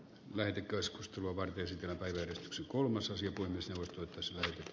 lehden keskustelua vain yhtenä päivänä stx kolmas asia on esillä